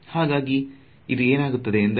ಹಾಗಾಗಿ ಇದು ಏನಾಗುತ್ತೆ ಎಂದರೆ